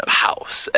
house